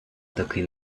такий